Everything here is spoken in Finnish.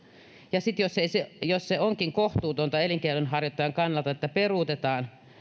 ja sitten jos se onkin kohtuutonta elinkeinonharjoittajan kannalta että peruutetaan